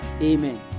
Amen